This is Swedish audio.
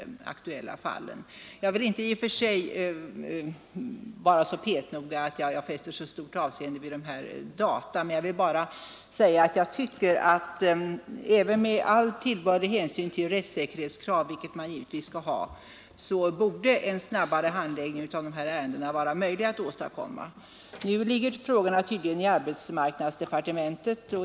Jag vill inte i och för sig vara så petnoga att jag fäster särskilt stort avseende vid dessa data, men jag tycker att även med all tillbörlig hänsyn till rättssäkerhetskrav — vilket man givetvis bör ta — borde en snabbare handläggning vara möjlig att åstadkomma. Nu ligger frågorna tydligen i arbetsmarknadsdepartementet.